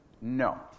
no